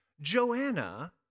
Joanna